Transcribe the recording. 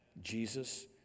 Jesus